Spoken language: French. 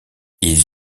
ils